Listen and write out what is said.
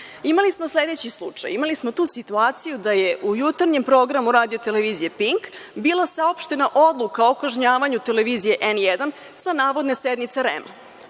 „N1“.Imali smo sledeći slučaj, imali smo situaciju da je u jutarnjem programu RTV „Pink“ bila saopštena odluka o kažnjavanju televizije „N1“ sa navodne sednice REM.